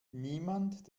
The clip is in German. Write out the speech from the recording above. niemand